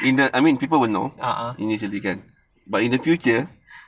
a'ah